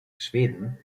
schweden